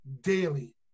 daily